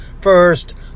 First